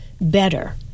Better